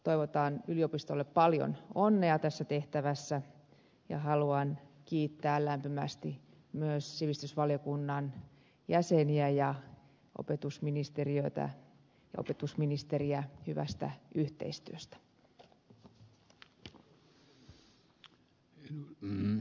toivotaan yliopistolle paljon onnea tässä tehtävässä ja haluan kiittää lämpimästi myös sivistysvaliokunnan jäseniä ja opetusministeriötä ja opetusministeriä hyvästä yhteistyöstä